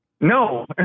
No